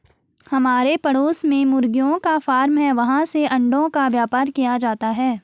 हमारे पड़ोस में मुर्गियों का फार्म है, वहाँ से अंडों का व्यापार किया जाता है